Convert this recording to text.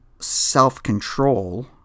self-control